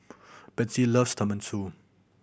Bethzy loves Tenmusu